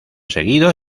seguido